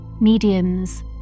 mediums